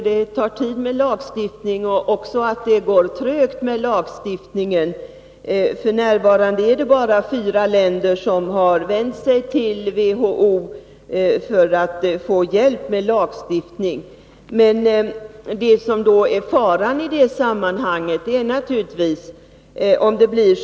Herr talman! Jag är medveten om att det tar tid med lagstiftning och att det går trögt. F. n. är det bara fyra länder som har vänt sig till WHO för att få hjälp med lagstiftning. Men faran i samminhanget är naturligtvis att barnmatsindustrin i stället går in och hjälper länderna med koden.